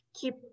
keep